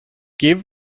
give